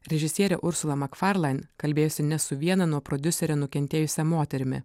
režisierė ursula makfarlain kalbėjosi ne su viena nuo prodiuserio nukentėjusia moterimi